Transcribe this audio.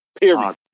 Period